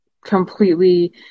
completely